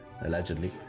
allegedly